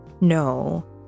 no